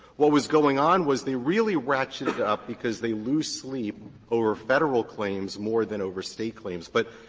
what was going on was they really ratcheted up because they lose sleep over federal claims more than over state claims. but,